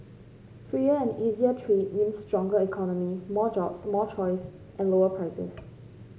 freer and easier trade means stronger economies more jobs more choice and lower prices